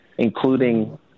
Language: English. including